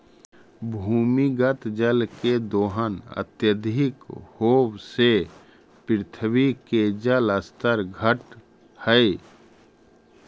भूमिगत जल के दोहन अत्यधिक होवऽ से पृथ्वी के जल स्तर घटऽ हई